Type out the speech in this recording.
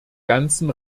ganzen